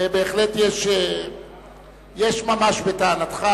ובהחלט יש ממש בטענתך,